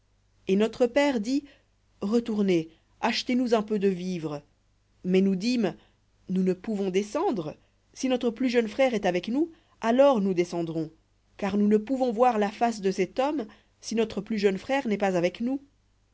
et notre père dit retournez achetez nous un peu de vivres mais nous dîmes nous ne pouvons descendre si notre plus jeune frère est avec nous alors nous descendrons car nous ne pouvons voir la face de cet homme si notre plus jeune frère n'est pas avec nous